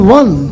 one